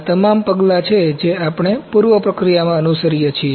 આ તમામ પગલાં છે જે આપણે પૂર્વ પ્રક્રિયામાં અનુસરીએ છીએ